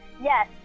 Yes